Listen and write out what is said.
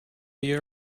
you